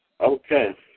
Okay